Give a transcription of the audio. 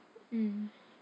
mm